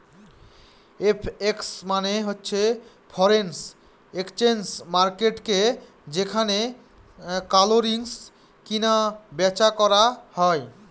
FX মানে হচ্ছে foreign exchange মার্কেটকে যেখানে কারেন্সি কিনা বেচা করা হয়